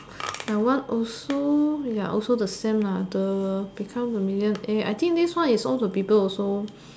my one also ya also the same lah the become the median A I think this one is sound to people also